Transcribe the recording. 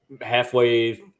halfway